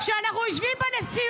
כל היום אתם בוכים.